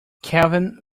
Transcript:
kelvin